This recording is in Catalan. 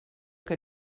que